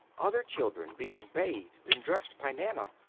other children being bathed and dressed by nana?